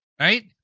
right